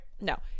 no